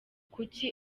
kuki